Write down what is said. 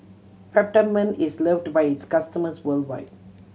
Peptamen is loved by its customers worldwide